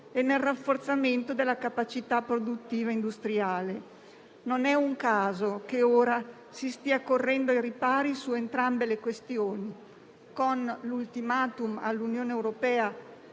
e nel rafforzamento della capacità produttiva industriale. Non è un caso che ora si stia correndo ai ripari su entrambe le questioni, con l'*ultimatum* dell'Unione europea